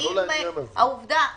האם העובדה --- זה לא לעניין הזה.